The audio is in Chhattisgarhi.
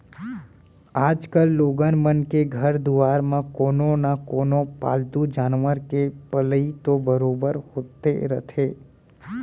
आजकाल लोगन मन के घर दुवार म कोनो न कोनो पालतू जानवर के पलई तो बरोबर होते रथे